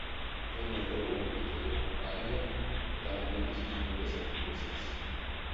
kad negalvotumėte jog harrier tai dar vienas susmirdęs autobusas